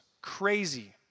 Crazy